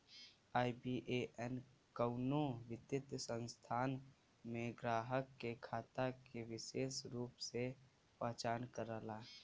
IBAN कउनो वित्तीय संस्थान में ग्राहक के खाता के विसेष रूप से पहचान करला